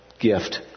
gift